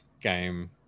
game